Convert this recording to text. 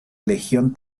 legión